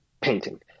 painting